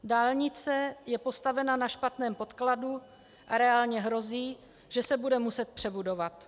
Dálnice je postavena na špatném podkladu a reálně hrozí, že se bude muset přebudovat.